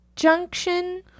Junction